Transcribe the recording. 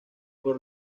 por